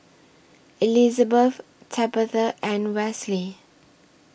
Elizabet Tabatha and Wesley